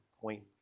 point